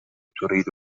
تريد